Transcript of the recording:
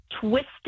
twisted